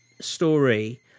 story